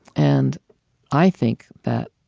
and i think that,